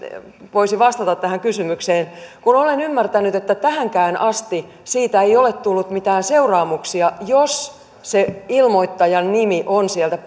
voisi vastata tähän kysymykseen kun on paikalla kun olen ymmärtänyt että tähänkään asti siitä ei ole tullut mitään seuraamuksia jos se ilmoittajan nimi on sieltä